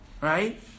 Right